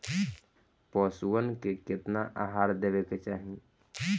पशुअन के केतना आहार देवे के चाही?